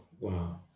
Wow